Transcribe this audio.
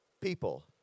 people